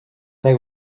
they